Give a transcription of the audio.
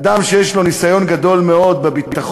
אדם שיש לו ניסיון רב מאוד בביטחון,